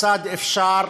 כיצד אפשר